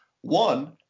one